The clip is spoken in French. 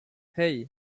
hey